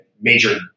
major